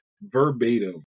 verbatim